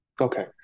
Okay